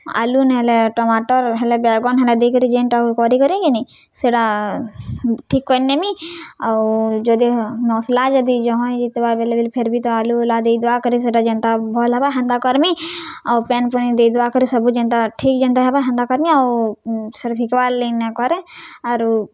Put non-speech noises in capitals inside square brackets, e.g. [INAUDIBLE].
ଆଲୁ ନାଇ ହେଲେ ଟମାଟର୍ ହେଲେ ବାଏଗନ୍ ହେଟା ଦେଇକରି ଯେନ୍ଟା ହେଉ କରିକିରି କିନି ସେଟା ଠିକ୍ କରିନେମି ଆଉ ଯଦି ମସ୍ଲା ଯଦି ଜହ ହେଇଯାଇଥିବା ବେଲେ ହେଲେ କିନି ଫିର୍ ବି ତ ଆଲୁଉଲା ଦେଇଦୁଆ କରି ସେଟା ଯେନ୍ତା ଭଲ୍ ହେବା ହେନ୍ତା କର୍ମି ଆଉ ପାଏନ୍ ପୁନି ଦେଇଦୁଆ କରି ସବୁ ଯେନ୍ତା ଠିକ୍ ଯେନ୍ତା ହେବା ହେନ୍ତା କର୍ମି ଆଉ ସେଟା ଫିକା [UNINTELLIGIBLE] ନାଇକରେ ଆରୁ